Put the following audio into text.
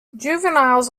juveniles